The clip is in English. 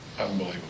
unbelievable